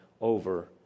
over